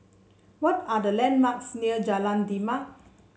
what are the landmarks near Jalan Demak